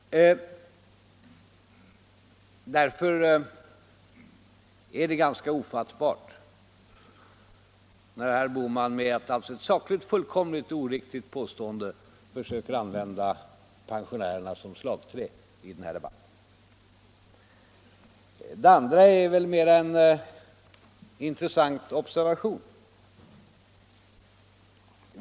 Därför är det ganska ofattbart när herr Bohman med ett sakligt fullkomligt oriktigt påstående försöker använda pensionärerna som slagträ i den här debatten. Det andra är mer en intressant observation.